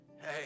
hey